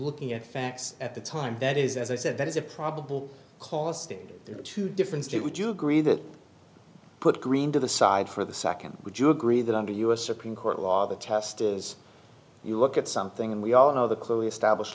looking at facts at the time that is as i said there is a probable cause stated there are two different state would you agree that put green to the side for the second would you agree that under u s supreme court law the test is you look at something and we all know the clearly establish